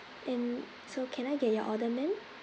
and so can I get your order ma'am